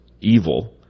evil